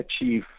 achieve